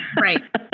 right